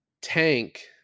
tank